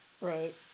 Right